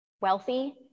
wealthy